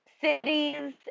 cities